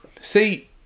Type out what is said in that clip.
See